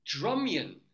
drumion